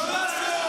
מפזר